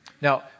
Now